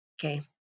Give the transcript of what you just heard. okay